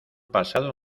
pasado